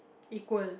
equal